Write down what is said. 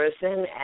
person